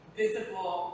visible